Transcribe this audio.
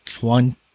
one